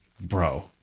bro